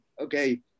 okay